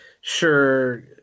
sure